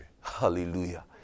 Hallelujah